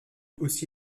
aussi